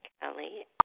Kelly